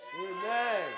Amen